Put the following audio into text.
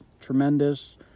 tremendous